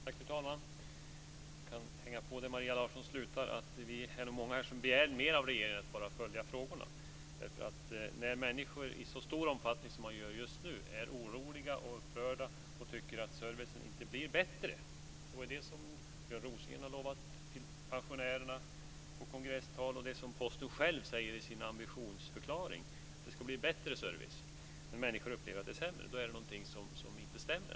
Fru talman! Jag kan haka på där Maria Larsson slutade, att vi är många här som begär mer av regeringen än att bara följa frågorna när människor i så stor omfattning som nu är oroliga och upprörda och tycker att servicen inte blir bättre. Björn Rosengren lovade ju pensionärerna i kongresstal och Posten själv säger i sin ambitionsförklaring att det ska bli bättre service, men människor upplever att den blir sämre. Då är det något som inte stämmer.